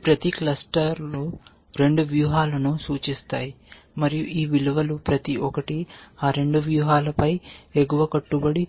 ఈ ప్రతి క్లస్టర్లు 2 వ్యూహాలను సూచిస్తాయి మరియు ఈ విలువలు ప్రతి ఒక్కటి ఆ 2 వ్యూహాలపై ఎగువ కట్టుబడి